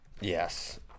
Yes